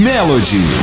Melody